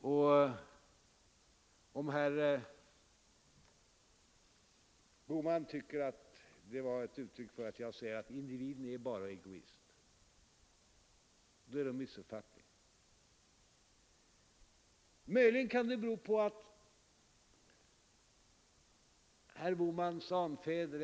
Och om herr Bohman tycker att det var ett uttryck för att jag hävdar att individen är bara egoist, så är det en missuppfattning. Möjligen kan det bero på herr Bohmans anfäder.